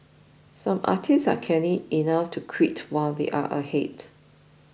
some artists are canny enough to quit while they are ahead